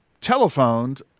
telephoned